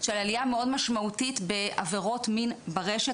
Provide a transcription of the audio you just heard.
של עלייה מאוד משמעותית בעבירות מין ברשת,